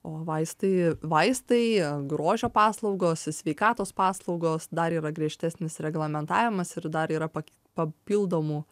o vaistai vaistai grožio paslaugos sveikatos paslaugos dar yra griežtesnis reglamentavimas ir dar yra pak papildomų